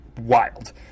wild